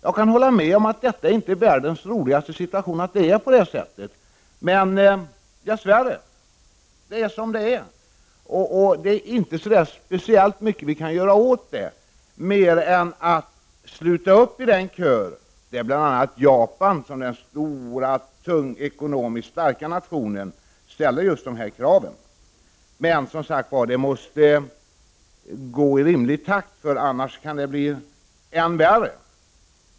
Jag kan hålla med om att det inte är bra att det är så, men dess värre är det som det är. Vi kan inte göra särskilt mycket åt det, annat än att sluta upp i den kör där bl.a. Japan, som den stora ekonomiskt starka nationen, ställer just de här kraven. Men det måste, som sagt var, gå i rimlig takt. Annars kan det bli än värre.